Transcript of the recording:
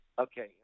Okay